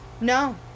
No